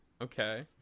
Okay